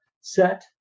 set